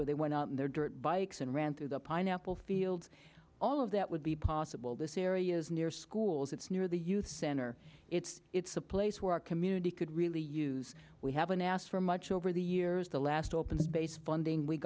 where they went out there dirt bikes and ran through the pineapple fields all of that would be possible this areas near schools it's near the youth center it's it's a place where our community could really use we haven't asked for much over the years the last open space funding we